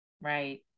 Right